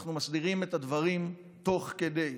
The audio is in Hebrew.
שאנחנו מסדירים את הדברים תוך כדי.